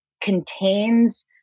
contains